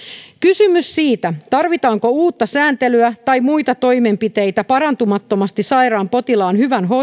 kysymys siitä tarvitaanko uutta sääntelyä tai muita toimenpiteitä parantumattomasti sairaan potilaan hyvän hoidon ja